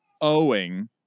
owing